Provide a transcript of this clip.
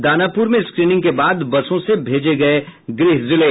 दानापुर में स्क्रीनिंग के बाद बसों से भेजे गये गृह जिले